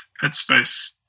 headspace